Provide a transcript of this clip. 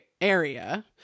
Area